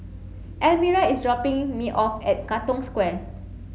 Elmira is dropping me off at Katong Square